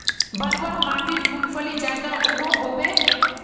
बलवाह माटित मूंगफली ज्यादा उगो होबे?